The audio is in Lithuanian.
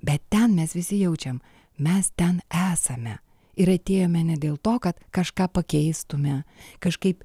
bet ten mes visi jaučiam mes ten esame ir atėjome ne dėl to kad kažką pakeistume kažkaip